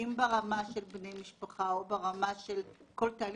אם ברמה של בני משפחה או ברמה של כל תהליך,